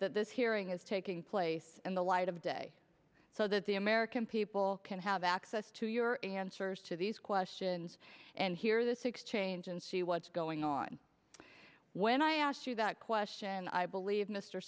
that this hearing is taking place in the light of day so that the american people can have access to your answers to these questions and hear this exchange and see what's going on when i asked you that question i believe mr